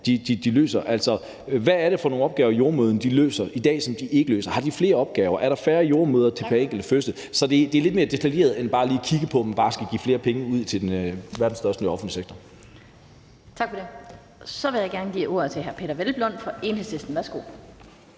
de løser. Altså, hvad er det for nogle opgaver, jordemødrene løser i dag, som de ikke løste før? Har de flere opgaver? Er der færre jordemødre pr. enkelte fødsel. Så det er lidt mere detaljeret end bare lige at kigge på, om man bare skal give flere penge ud til verdens største offentlige sektor. Kl. 12:20 Den fg. formand (Annette Lind): Tak for det. Så vil jeg gerne give ordet til hr. Peder Hvelplund fra Enhedslisten. Værsgo.